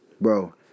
bro